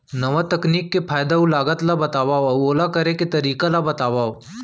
नवा तकनीक के फायदा अऊ लागत ला बतावव अऊ ओला करे के तरीका ला बतावव?